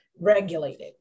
regulated